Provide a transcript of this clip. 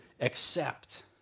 accept